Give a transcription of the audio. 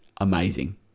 amazing